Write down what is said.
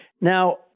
Now